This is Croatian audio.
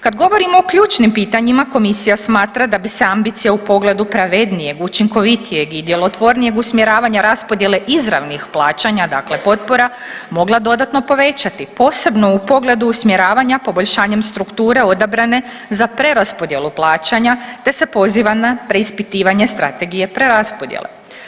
Kad govorimo o ključnim pitanjima komisija smatra da bi se ambicija u pogledu pravednijeg, učinkovitijeg i djelotvornijeg usmjeravanja raspodjele izravnih plaćanja, dakle potpora mogla dodatno povećati posebno u pogledu usmjeravanja poboljšanjem strukture odabrane za preraspodjelu plaćanja te se poziva na preispitivanje strategije preraspodjele.